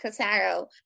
Casaro